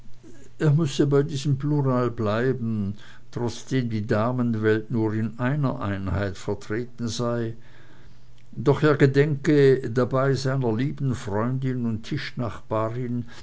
er müsse bei diesem plural bleiben trotzdem die damenwelt nur in einer einheit vertreten sei doch er gedenke dabei neben seiner lieben freundin und tischnachbarin